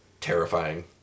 terrifying